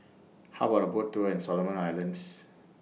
How about A Boat Tour in Solomon Islands